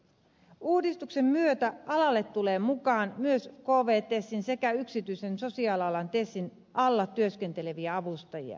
uudistuksen myötä alalle tulee mukaan myös kvtesin sekä yksityisen sosiaalialan tesin alla työskenteleviä avustajia